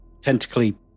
tentacly